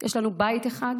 יש לנו בית אחד,